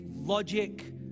logic